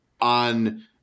on